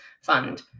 fund